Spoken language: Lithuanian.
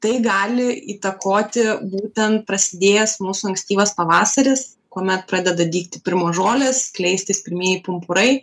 tai gali įtakoti būtent prasidėjęs mūsų ankstyvas pavasaris kuomet pradeda dygti pirmos žolės skleistis pirmieji pumpurai